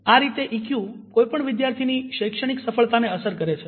આ રીતે ઈક્યુ કોઈપણ વિદ્યાર્થીની શૈક્ષણિક સફળતાને અસર કરે છે